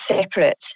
separate